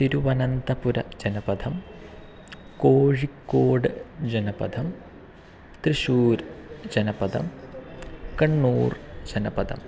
तिरुवनन्तपुरजनपदं कोजिकोड्जनपदं त्रिशूर् जनपदं कण्णूर् जनपदम्